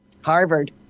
Harvard